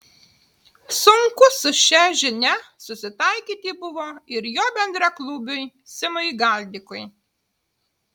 sunku su šia žinia susitaikyti buvo ir jo bendraklubiui simui galdikui